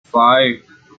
five